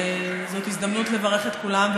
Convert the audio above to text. וזאת הזדמנות לברך את כולם,